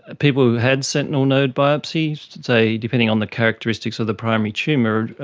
people who had sentinel node biopsies, say depending on the characteristics of the primary tumour,